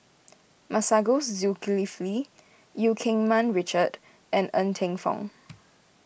Masagos Zulkifli Eu Keng Mun Richard and Ng Teng Fong